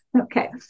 okay